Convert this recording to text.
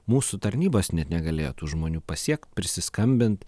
mūsų tarnybos net negalėtų žmonių pasiekt prisiskambint